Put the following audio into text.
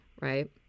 right